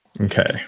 Okay